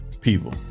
people